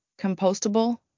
compostable